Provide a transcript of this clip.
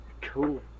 Cool